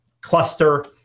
cluster